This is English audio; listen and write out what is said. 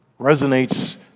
resonates